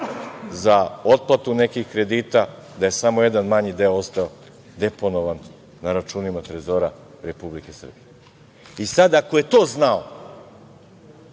za otplatu nekih kredita i da je samo jedan manji deo ostao deponovan na računima trezora Republike Srbije. Ako je to znao,